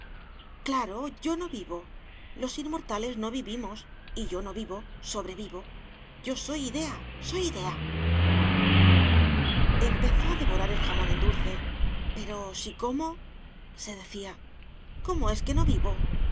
claro yo no vivo los inmortales no vivimos y yo no vivo sobrevivo yo soy idea soy idea empezó a devorar el jamón en dulce pero si comose decía como es que no vivo como